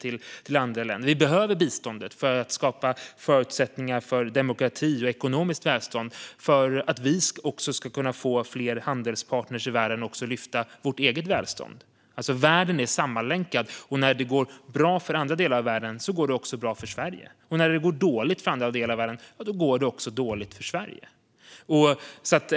Vi behöver biståndet för att skapa förutsättningar för demokrati och ekonomiskt välstånd så att vi får fler handelspartner i världen och kan lyfta vårt eget välstånd. Världen är sammanlänkad. När det går bra för andra delar av världen går det också bra för Sverige. När det går dåligt för andra delar av världen går det också dåligt för Sverige.